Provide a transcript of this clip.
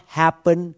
happen